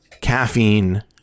caffeine-